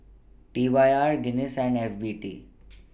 T Y R Guinness and F B T